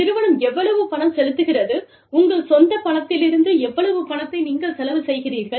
நிறுவனம் எவ்வளவு பணம் செலுத்துகிறது உங்கள் சொந்த பணத்திலிருந்து எவ்வளவு பணத்தை நீங்கள் செலவு செய்கிறீர்கள்